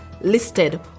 listed